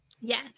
Yes